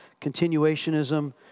continuationism